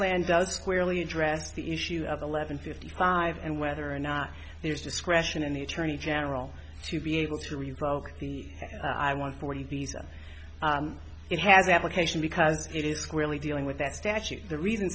plan does squarely address the issue of eleven fifty five and whether or not there's discretion in the attorney general to be able to reprogram the i want forty baeza it has application because it is clearly dealing with that statute the reason